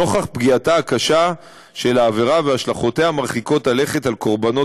נוכח פגיעתה הקשה של העבירה והשלכותיה מרחיקות הלכת על קורבנות